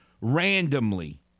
randomly